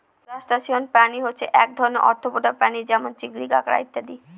crustacean প্রাণী হচ্ছে এক ধরনের আর্থ্রোপোডা প্রাণী যেমন চিংড়ি, কাঁকড়া ইত্যাদি